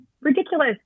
ridiculous